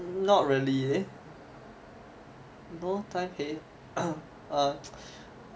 not really eh no time 陪 uh